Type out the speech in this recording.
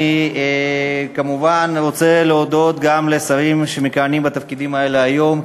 אני כמובן רוצה להודות גם לשרים שמכהנים בתפקידים האלה היום,